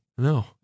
No